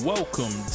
Welcome